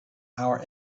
our